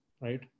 right